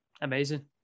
Amazing